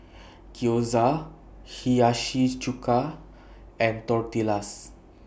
Gyoza Hiyashi Chuka and Tortillas